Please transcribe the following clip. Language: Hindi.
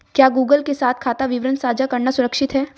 क्या गूगल के साथ खाता विवरण साझा करना सुरक्षित है?